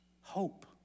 Hope